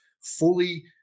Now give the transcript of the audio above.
fully